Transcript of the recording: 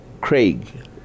Craig